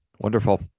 Wonderful